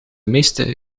meeste